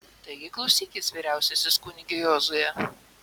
taigi klausykis vyriausiasis kunige jozue